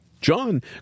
John